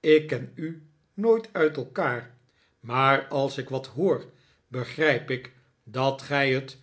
ik ken u nooit uit elkaar maar als ik wat hoor begrijp ik dat gij het